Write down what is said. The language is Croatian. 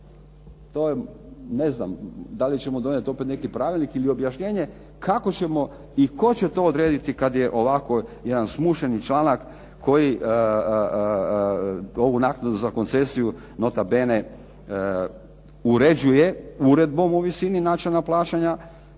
Ne znam da li ćemo donijet neki pravilnik ili objašnjenje kako ćemo i tko će to odrediti kad je ovako jedan smušeni članak koji ovu naknadu za koncesiju nota bene uređuje Uredbom o visini načina plaćanja.